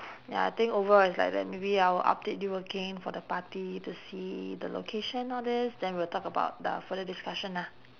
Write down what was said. ya I think overall it's like that maybe I will update you again for the party to see the location all these then we'll talk about the further discussion ah